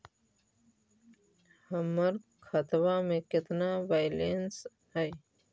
हमर खतबा में केतना बैलेंस हई?